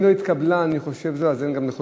אם לא התקבלה, אני חושב, אז אין גם לחלופין.